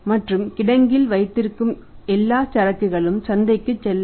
மற்றும் கிடங்கில் வைத்திருக்கும் எல்லாசரக்குகளும் சந்தைக்கு செல்லாது